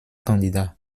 candidats